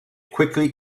quickly